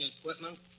equipment